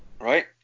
right